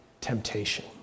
temptation